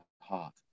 heart